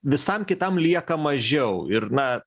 visam kitam lieka mažiau ir na